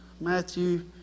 Matthew